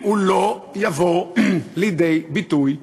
הוא לא יבוא לידי ביטוי בכנסת.